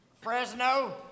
Fresno